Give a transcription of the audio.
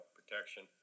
Protection